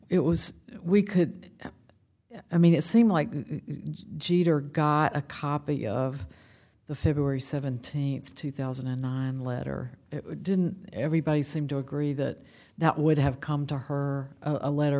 it was we could i mean it seemed like jeter got a copy of the february seventeenth two thousand and nine letter didn't everybody seem to agree that that would have come to her a letter